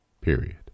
period